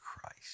Christ